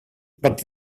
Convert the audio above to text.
but